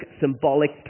symbolic